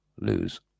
lose